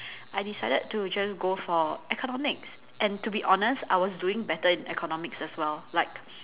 I decided to just go for economics and to be honest I was doing better in economics as well like